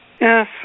Yes